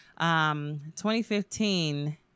2015